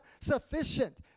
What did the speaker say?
sufficient